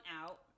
out